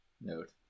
note